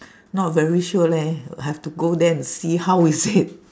not very sure leh have to go there and see how is it